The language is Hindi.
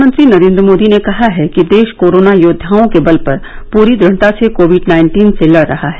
प्रधानमंत्री नरेन्द्र मोदी ने कहा है कि देश कोरोना योद्वाओं के बल पर पूरी दढ़ता से कोविड नाइन्टीन से लड रहा है